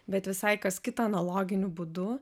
bet visai kas kita analoginiu būdu